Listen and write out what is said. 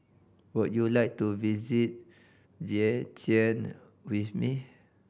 would you like to visit Vientiane with me